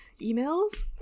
emails